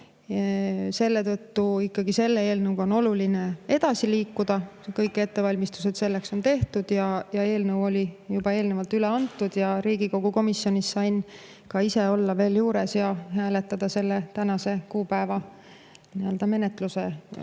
Selle tõttu on ikkagi selle eelnõuga oluline edasi liikuda. Kõik ettevalmistused selleks on tehtud ja eelnõu on juba üle antud. Riigikogu komisjonis sain ka ise olla veel juures ja hääletada selle tänasel kuupäeval [saali]